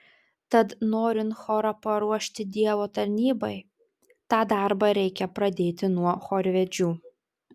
tad norint chorą paruošti dievo tarnybai tą darbą reikia pradėti nuo chorvedžių